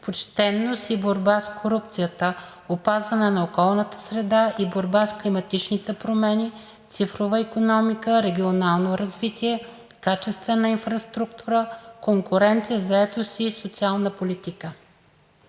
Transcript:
почтеност и борба с корупцията, опазване на околната среда и борба с климатичните промени, цифрова икономика, регионално развитие, качествена инфраструктура, конкуренция, заетост и социална политика.